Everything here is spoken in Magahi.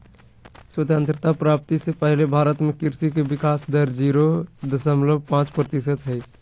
स्वतंत्रता प्राप्ति से पहले भारत में कृषि के विकाश दर जीरो दशमलव पांच प्रतिशत हई